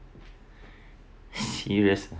serious ah